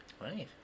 Right